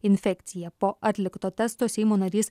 infekcija po atlikto testo seimo narys